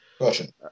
Question